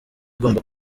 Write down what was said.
igomba